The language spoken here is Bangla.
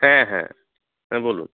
হ্যাঁ হ্যাঁ হ্যাঁ বলুন